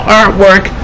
artwork